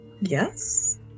Yes